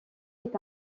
est